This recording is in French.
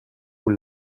vous